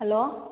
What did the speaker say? hello